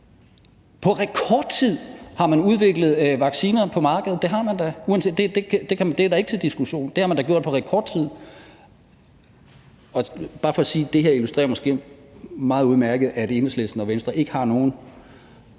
På rekordtid har man udviklet vacciner på markedet, det har man da, og det er da ikke til diskussion, for det har man gjort på rekordtid. Det er bare for at sige, at det her måske meget udmærket illustrerer, at Enhedslisten og Venstre ikke har nogen